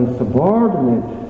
subordinate